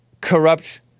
corrupt